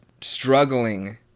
struggling